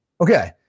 Okay